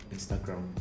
Instagram